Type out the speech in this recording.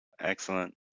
Excellent